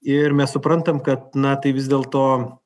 ir mes suprantam kad na tai vis dėlto